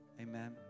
amen